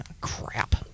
Crap